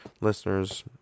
listeners